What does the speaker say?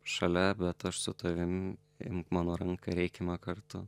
šalia bet aš su tavim imk mano ranką ir eikime kartu